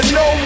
no